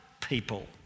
people